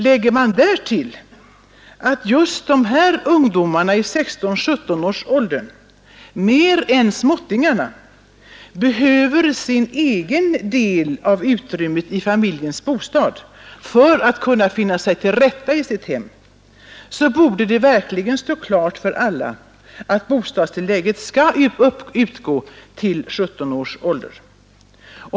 Lägger man därtill att ungdomarna i 16—17-årsåldern mer än småttingarna behöver sin egen del av utrymmet i familjens bostad för att kunna finna sig till rätta i sitt hem, borde det verkligen stå klart för alla att bostadstillägget skall utgå till 17 års ålder.